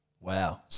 wow